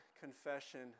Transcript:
confession